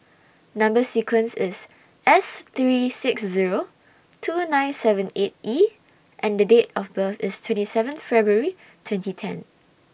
Number sequence IS S three six Zero two nine seven eight E and The Date of birth IS twenty seven February twenty ten